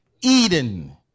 Eden